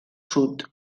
sud